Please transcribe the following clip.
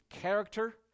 character